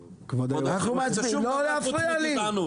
לא להפריע לי.